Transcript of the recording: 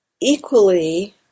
equally